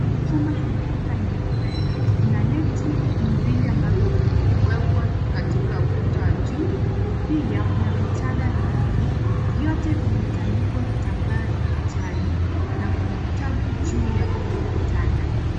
Chumba chenye kuta nyeupe ina neti mbili ambazo zimewekwa katika ukuta wa juu. Pia kuna vitanda viwili vyote vimetandikwa vitambaa vya kijani na kuna vitabu juu ya hivyo vitanda.